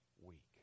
week